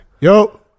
Yo